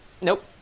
Nope